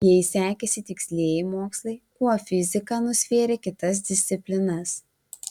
jei sekėsi tikslieji mokslai kuo fizika nusvėrė kitas disciplinas